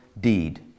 deed